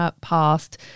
past